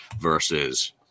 versus